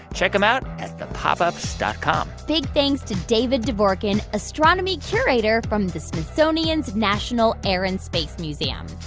check them out at thepopups dot com big thanks to david devorkin, astronomy curator from the smithsonian's national air and space museum.